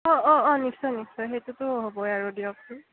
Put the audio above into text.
অঁ অঁ অঁ নিশ্চয় নিশ্চয় সেইটোতো হ'বই আৰু দিয়কছোন